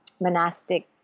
monastic